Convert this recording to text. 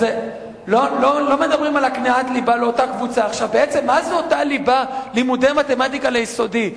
בעצם מה זה אותה ליבה בלימודי מתמטיקה ליסודי?